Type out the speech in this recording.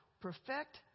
perfect